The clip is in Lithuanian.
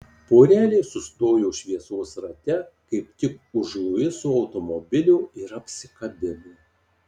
porelė sustojo šviesos rate kaip tik už luiso automobilio ir apsikabino